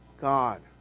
God